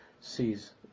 sees